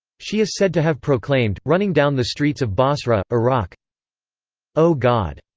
she is said to have proclaimed, running down the streets of basra, iraq o god!